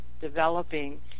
developing